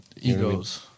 egos